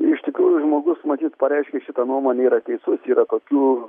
iš tikrųjų žmogus matyt pareiškęs šitą nuomonę yra teisus yra tokių